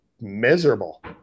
miserable